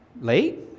late